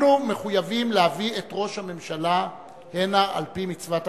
אנחנו מחויבים להביא את ראש הממשלה הנה על-פי מצוות התקנון.